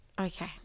Okay